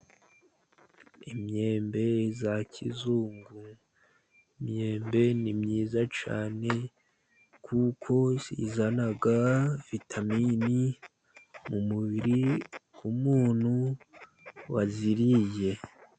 Imyembe ya kizungu. Imyembe ni myiza cyane kuko izana vitamini mu mubiri w'umuntu wayiriye.